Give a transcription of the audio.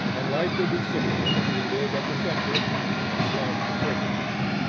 and life will be simpler when we live at the centre and flout the surfaces.